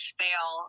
fail